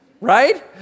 right